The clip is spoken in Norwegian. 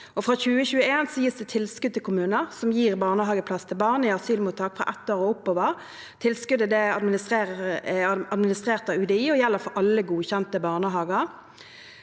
Fra 2021 gis det tilskudd til kommuner som gir barnehageplass til barn i asylmottak fra ett år og oppover. Tilskuddet er administrert av UDI og gjelder for alle godkjente barnehager.